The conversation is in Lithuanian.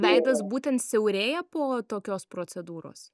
veidas būtent siaurėja po tokios procedūros